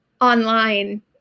online